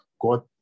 God